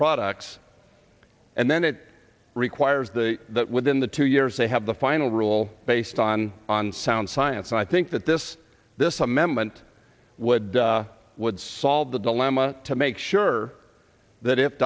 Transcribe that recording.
products and then it requires the that within the two years they have the final rule based on on sound science i think that this this amendment would would solve the dilemma to make sure that if